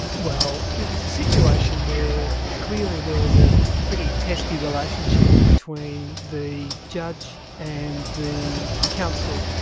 well it was a situation where clearly there was a pretty testy relationship between the judge and the counsel,